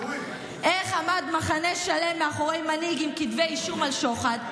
איך עמד מחנה שלם מאחורי מנהיג עם כתבי אישום על שוחד?